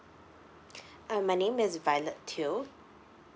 uh my name is violet teo